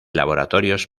laboratorio